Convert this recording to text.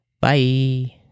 Bye